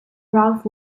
ralph